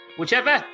whichever